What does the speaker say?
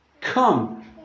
come